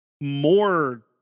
more